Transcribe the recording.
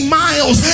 miles